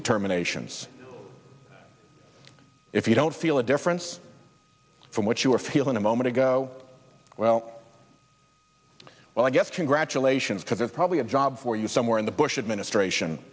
determinations if you don't feel a difference from what you were feeling a moment ago well well i guess congratulations because there's probably a job for you somewhere in the bush administration